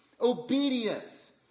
obedience